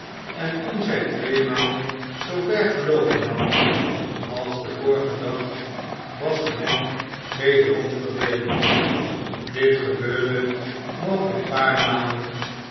en toen zij tweemaal zoo ver ge oopen hadden als den vorigen dag was de man wederom verdwenen dit gebeurde nog een paar malen